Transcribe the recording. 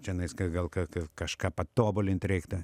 čionais gal ką ką kažką patobulint reiktų